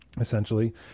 essentially